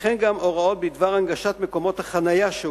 וכן גם הוראות בדבר הנגשת מקומות החנייה שיוקצו.